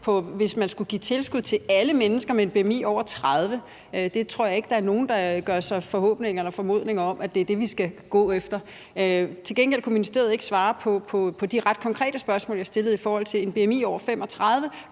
at man skulle give tilskud til alle mennesker med en bmi over 30. Jeg tror ikke, at der er nogen, der gør sig forhåbninger eller formodninger om, at det er det, vi skal gå efter. Til gengæld kunne ministeriet ikke svare på de ret konkrete spørgsmål, jeg stillede i forhold til en bmi på over 35